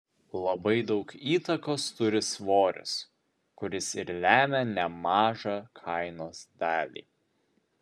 labai daug įtakos turi svoris kuris ir lemia nemažą kainos dalį